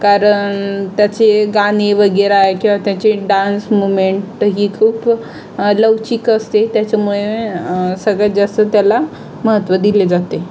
कारण त्याचे गाणी वगैरे आहे किंवा त्यांचे डान्स मूमेंट ही खूप लवचिक असते त्याच्यामुळे सगळ्यात जास्त त्याला महत्व दिले जाते